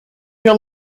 your